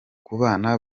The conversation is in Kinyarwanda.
kubana